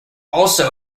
also